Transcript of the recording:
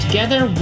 Together